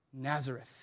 Nazareth